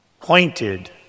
pointed